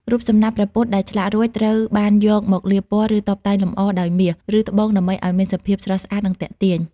រូបសំណាកព្រះពុទ្ធដែលឆ្លាក់រួច ត្រូវបានយកមកលាបពណ៌ ឬតុបតែងលម្អដោយមាស ឬត្បូងដើម្បីឱ្យមានសភាពស្រស់ស្អាតនិងទាក់ទាញ។